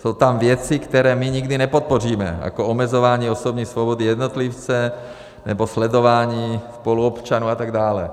Jsou tam věci, které my nikdy nepodpoříme, jako omezování osobní osoby jednotlivce nebo sledování spoluobčanů atd.